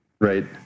Right